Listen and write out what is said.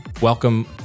welcome